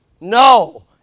No